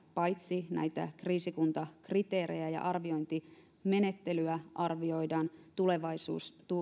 paitsi että kriisikuntakriteerejä ja arviointimenettelyä arvioidaan